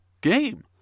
game